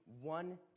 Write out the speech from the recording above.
one